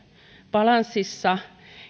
balanssissa